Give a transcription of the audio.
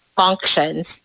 functions